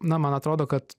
na man atrodo kad